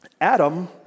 Adam